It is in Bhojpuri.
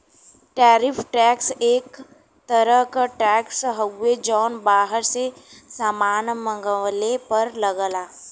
टैरिफ टैक्स एक तरह क टैक्स हउवे जौन बाहर से सामान मंगवले पर लगला